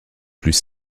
plus